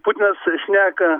putinas šneka